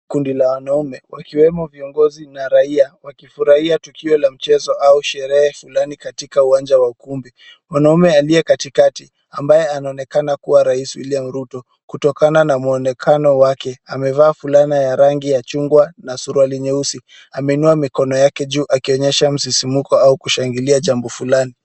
Kundi la wanaume wakiwemo viongozi na raia wakifurahia tukio la mchezo au sherehe fulani katika uwanja wa ukumbi. Mwanaume aliye katikati ambaye anaonekana kuwa rais William Ruto kutokana na mwonekano wake amevaa fulana ya rangi ya chungwa na suruali nyeusi. Ameinua mikono yake juu akionyesha msisimko au kushangilia jambo fulani.